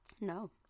No